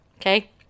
Okay